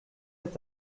est